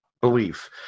belief